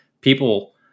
People